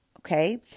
Okay